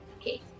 Okay